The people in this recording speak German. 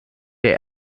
der